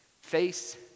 face